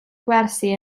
gwersi